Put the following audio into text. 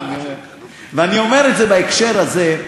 ואני אומר את זה בהקשר הזה,